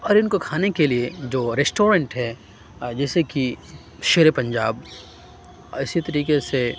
اور اِن کو کھانے کے لیے جو ریسٹورینٹ ہیں جیسے کہ شیرے پنجاب اور اِسی طریقے سے